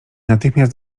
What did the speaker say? natychmiast